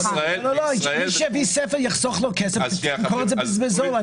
מי שיביא כסף יחסוך לו כסף והוא ימכור את זה בזול.